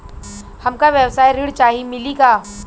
हमका व्यवसाय ऋण चाही मिली का?